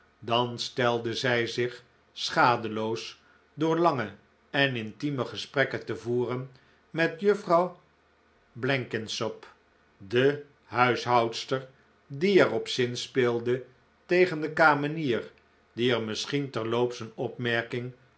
dan stelde zij zich schadeloos door lange en intieme gesprekken te voeren met juffrouw blenkinsop de huishoudster die er op zinspeelde tegen de kamenier die er misschien terloops een